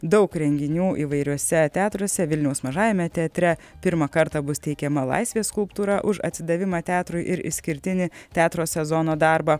daug renginių įvairiuose teatruose vilniaus mažajame teatre pirmą kartą bus teikiama laisvės skulptūra už atsidavimą teatrui ir išskirtinį teatro sezono darbą